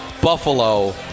Buffalo